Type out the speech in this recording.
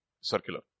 Circular